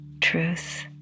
truth